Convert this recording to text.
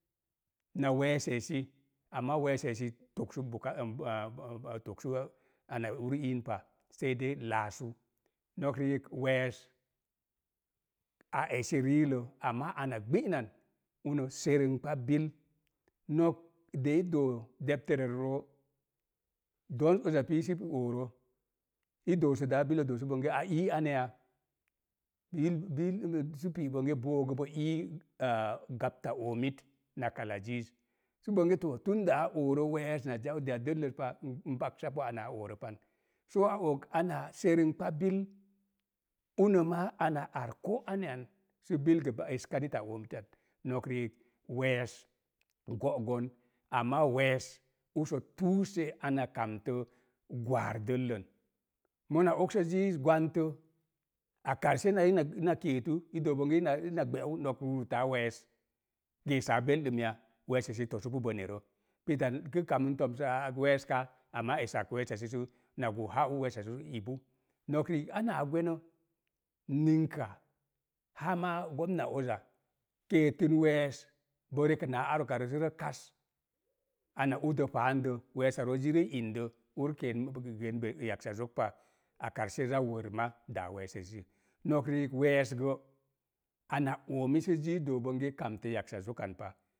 Na we̱e̱sa esi, amma we̱e̱sa esi togsu buka am togsu ana ur iin pa sei dei laasu. No̱k riik we̱e̱s a esi riilə, amma ana gbi'nan uno serumkpa bil. No̱k de i doo debtererə roo, do̱o̱nz oza pii sə ooro, i doosa daa a billəz doosu bonge a ii aneya? Yii bil ulo sə pii bonge boogə bo ii gapta oomit na kala ziiz. Sə bonge to, tunda a oorə we̱e̱s na zaudiya dəlləz pa na bagsapu ana a ooro pan. So a og ana serumkpa biluno maa ana ar koo ane yan sə bil gə za eska neta oontal. No̱k riik, we̱e̱s go̱'go̱n, amma we̱e̱s usə tuuse ana kamtə gwaar dəllən. Mona oksa ziiz gwantə, a karshe ina ina keesu i dook bonge ina gbe'u rurutaa we̱e̱s, geesaa belɗum ya? We̱e̱sa esi tosu pu bone rə. Pitan kə kamən tømsaa we̱e̱s kaa, amma esak we̱e̱sa esisə na goo haa ur we̱e̱sa roos ibu. No̱k riik anaa gweno ninka haa maa gomna oza keetən we̱e̱s bo rekənaa ar okarə sə za kas ana udə paandə, we̱e̱sa roog zirii ində, ur keen geen yaksa zok pa, a karshe na wor ma daa we̱e̱sa esi. No̱k riik we̱e̱s gə, ana oomi sə ziiz doo bonge kamtə yaksa zokan pa